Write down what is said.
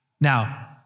Now